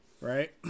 right